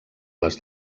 les